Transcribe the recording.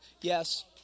yes